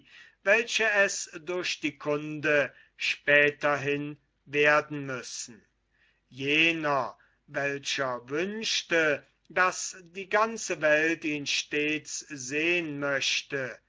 welche es durch die kunde späterhin werden müssen jener welcher wünschte daß die ganze welt ihn stets sehn möchte